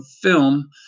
film